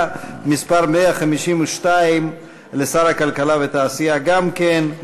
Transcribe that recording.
מס' 152 לשר הכלכלה והתעשייה גם כן,